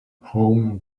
home